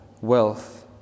wealth